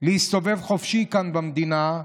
להסתובב חופשי כאן במדינה.